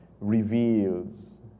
reveals